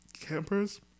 campers